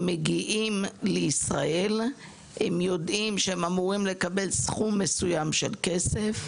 הם מגיעים לישראל ויודעים שהם אמורים לקבל סכום מסוים של כסף,